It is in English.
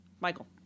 Michael